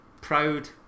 proud